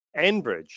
Enbridge